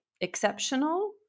exceptional